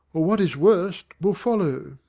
or what is worst will follow.